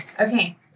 Okay